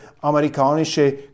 amerikanische